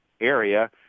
area